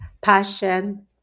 Passion